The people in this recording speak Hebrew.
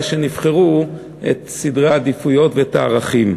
שנבחרו על סדרי העדיפויות ועל הערכים.